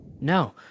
No